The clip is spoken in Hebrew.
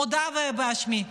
מודה באשמה.